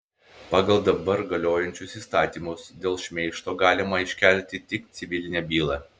pagal dabar galiojančius įstatymus dėl šmeižto galima iškelti tik civilinę bylą